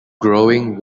growing